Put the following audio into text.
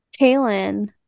Kaylin